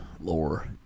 Lore